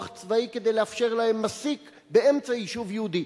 צבאי כדי לאפשר להם מסיק באמצע יישוב יהודי.